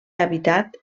habitat